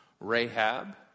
Rahab